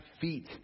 feet